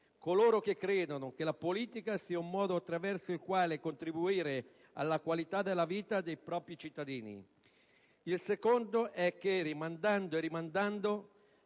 coloro che credono che la politica sia un modo attraverso il quale contribuire alla qualità della vita dei propri cittadini. Il secondo errore è che, rimandando e rimandando,